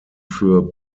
für